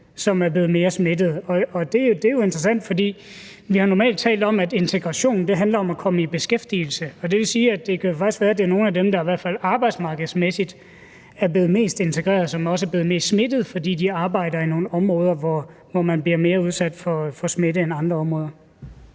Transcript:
som er blevet mere smittet. Og det er jo interessant, for vi har normalt talt om, at integration handler om at komme i beskæftigelse, og det vil sige, at det faktisk kan være, at det er nogle af dem, der i hvert fald arbejdsmarkedsmæssigt er blevet mest integreret, som også er blevet mest smittet, fordi de arbejder inden for nogle områder, hvor man bliver mere udsat for smitte end inden for